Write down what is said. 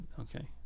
Okay